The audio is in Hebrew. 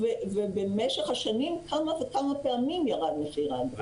ומשך השנים כמה וכמה פעמים ירד מחיר האגרה.